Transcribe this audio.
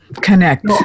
Connect